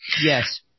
Yes